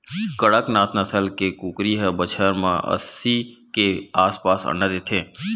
कड़कनाथ नसल के कुकरी ह बछर म अस्सी के आसपास अंडा देथे